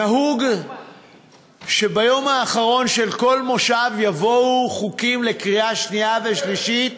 נהוג שביום האחרון של כל מושב יבואו חוקים לקריאה שנייה ושלישית,